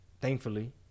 thankfully